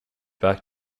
back